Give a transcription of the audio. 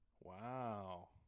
Wow